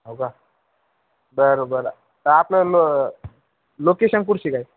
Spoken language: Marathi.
हो का बरं बरं तर आपलं लो लोकेशन काय